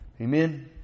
Amen